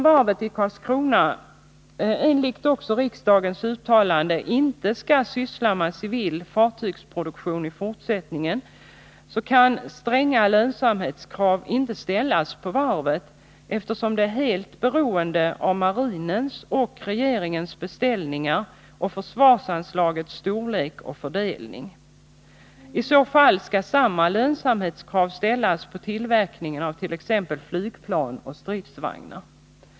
Varvet i Karlskrona skall, också enligt riksdagens uttalande, inte syssla med civilfartygsproduktion i fortsättningen, och stränga lönsamhetskrav kan alltså inte ställas på varvet, eftersom det är helt beroende av marinens och regeringens beställningar och försvarsanslagets storlek och fördelning. I så fall skall samma lönsamhetskrav ställas på tillverkningen av t.ex. flygplan och stridsvagnar.